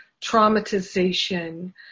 traumatization